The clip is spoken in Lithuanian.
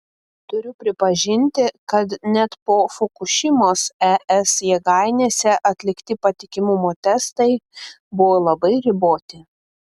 turiu pripažinti kad net po fukušimos es jėgainėse atlikti patikimumo testai buvo labai riboti